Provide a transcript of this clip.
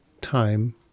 time